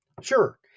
Sure